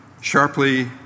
sharply